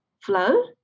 flow